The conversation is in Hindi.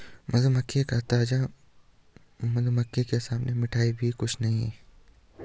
मधुमक्खी का ताजा मधु के सामने मिठाई भी कुछ नहीं